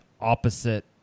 opposite